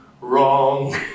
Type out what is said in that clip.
wrong